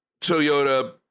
Toyota